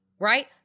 right